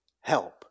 help